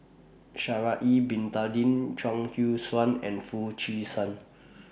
Sha'Ari Bin Tadin Chuang Hui Tsuan and Foo Chee San